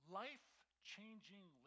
life-changing